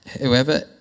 Whoever